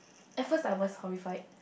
at first I was horrified